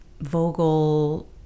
Vogel